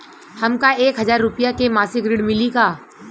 हमका एक हज़ार रूपया के मासिक ऋण मिली का?